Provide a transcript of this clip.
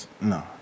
No